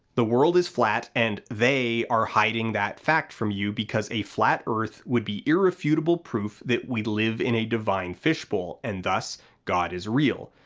the world is flat and they are hiding that fact from you because a flat earth would be irrefutable proof that we live in a divine fishbowl, and thus god is real.